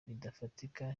bidafatika